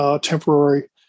temporary